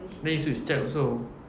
then you should check also